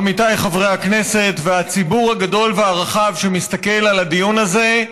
עמיתיי חברי הכנסת והציבור הגדול והרחב שמסתכל על הדיון הזה,